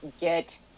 Get